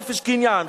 חופש קניין,